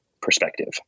perspective